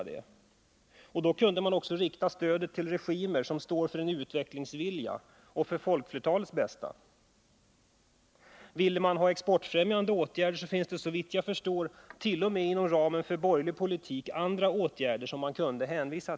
Då kunde man också rikta stödet till regimer som har en utvecklingsvilja och arbetar för folkflertalets bästa. Vill man ha exportfrämjande åtgärder finns det, såvitt jag förstår, t.o.m. inom ramen för borgerlig politik andra åtgärder som kan komma i fråga.